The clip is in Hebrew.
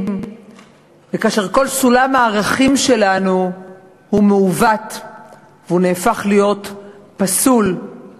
כאשר כל סולם הערכים שלנו מעוות והופך להיות פסול,